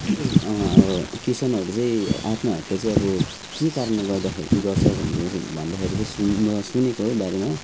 किसानहरू चाहिँ आत्महत्या चाहिँ अब के कारणले गर्दाखेरि गर्छ भनेर भन्दाखेरि सुन सुनेको बारेमा